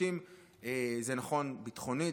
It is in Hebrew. זה נכון ביטחונית,